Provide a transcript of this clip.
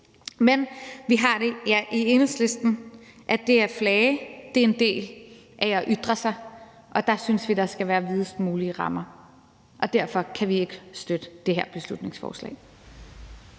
Men vi har det i Enhedslisten sådan, at det at flage er en del af at ytre sig, og der synes vi, der skal være de videst mulige rammer, og derfor kan vi ikke støtte det her beslutningsforslag.